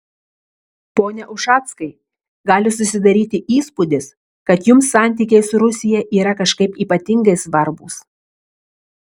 pone ušackai gali susidaryti įspūdis kad jums santykiai su rusija yra kažkaip ypatingai svarbūs